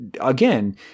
again